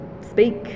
speak